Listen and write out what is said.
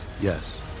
Yes